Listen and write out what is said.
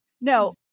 no